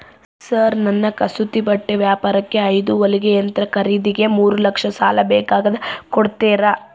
Sir ನನ್ನ ಕಸೂತಿ ಬಟ್ಟೆ ವ್ಯಾಪಾರಕ್ಕೆ ಐದು ಹೊಲಿಗೆ ಯಂತ್ರ ಖರೇದಿಗೆ ಮೂರು ಲಕ್ಷ ಸಾಲ ಬೇಕಾಗ್ಯದ ಕೊಡುತ್ತೇರಾ?